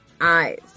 eyes